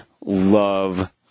love